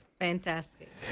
Fantastic